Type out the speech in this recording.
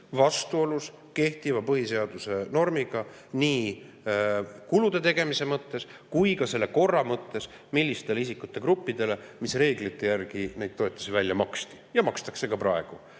vastuolus kehtiva põhiseaduse normiga nii kulude tegemise mõttes kui ka selle korra mõttes, millistele isikute gruppidele ja mis reeglite järgi neid toetusi välja maksti ja makstakse ka praegu.